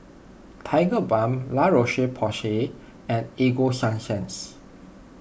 Tigerbalm La Roche Porsay and Ego Sunsense